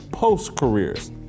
post-careers